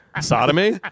Sodomy